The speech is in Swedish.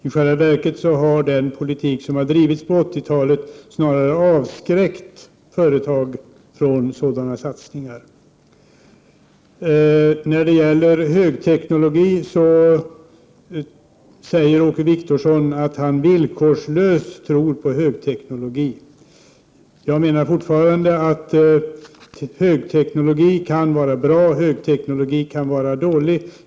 I själva verket har den politik som har drivits på 80-talet snarare avskräckt företag från sådana satsningar. 59 Åke Wictorsson säger att han villkorslöst tror på högteknologi. Jag menar fortfarande att högteknologi kan vara bra och högteknologi kan vara dålig.